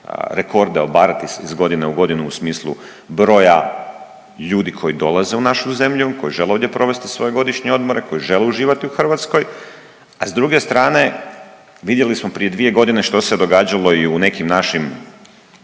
rekorde obarati iz godine u godinu u smislu broja ljudi koji dolaze u našu zemlju, koji žele ovdje provesti svoje godišnje odmore, koji žele uživati u Hrvatskoj, a s druge strane vidjeli smo prije dvije godine što se događalo i u nekim našim